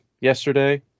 yesterday